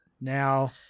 Now